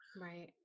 Right